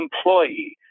employee